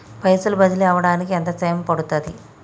పైసలు బదిలీ అవడానికి ఎంత సమయం పడుతది?